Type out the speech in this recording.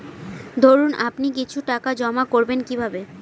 ধরুন আপনি কিছু টাকা জমা করবেন কিভাবে?